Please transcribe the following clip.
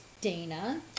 Dana